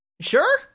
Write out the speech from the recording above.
sure